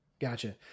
Gotcha